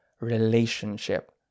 relationship